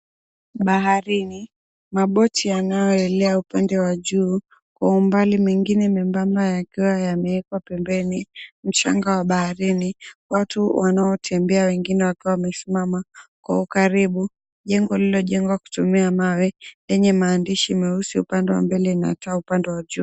Baharini, maboti yanayoelea upande wa juu, kwa umbali mengine membamba yakiwa yamewekwa pembeni. Mchanga wa baharini, watu wanaotembea wengine wakiwa wamesimama. Kwa ukaribu jengo lililojengwa kutumia mawe yenye maandishi meusi upande wa mbele na taa upande wa juu.